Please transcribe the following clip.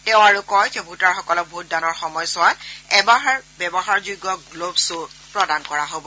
তেওঁ আৰু কয় যে ভোটাৰসকলক ভোটদানৰ সময়ছোৱাত এবাৰ ব্যৱহাৰযোগ্য গ্লভচও প্ৰদান কৰা হ'ব